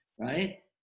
right